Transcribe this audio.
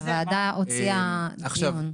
הוועדה הוציאה זימון.